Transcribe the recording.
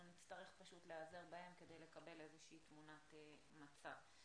נרצה להיעזר בהן כדי לקבל איזושהי תמונת מצב.